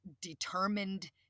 determined